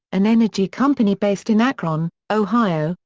an energy company based in akron, ohio,